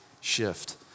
shift